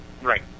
Right